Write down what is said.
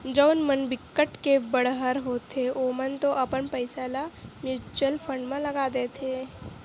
जउन मन बिकट के बड़हर होथे ओमन तो अपन पइसा ल म्युचुअल फंड म लगा देथे